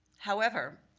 however,